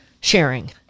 sharing